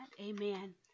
Amen